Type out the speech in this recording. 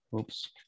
Oops